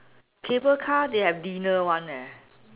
cable car they have dinner one eh